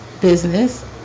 business